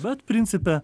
bet principe